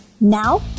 Now